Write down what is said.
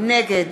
נגד